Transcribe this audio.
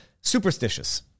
superstitious